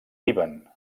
líban